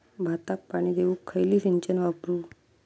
भाताक पाणी देऊक खयली सिंचन वापरू?